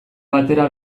batera